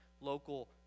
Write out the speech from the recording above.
local